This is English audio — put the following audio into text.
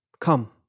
Come